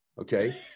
okay